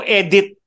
edit